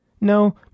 No